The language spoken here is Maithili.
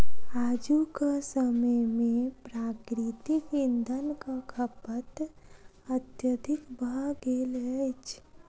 आजुक समय मे प्राकृतिक इंधनक खपत अत्यधिक भ गेल अछि